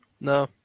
no